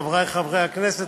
חברי חברי הכנסת,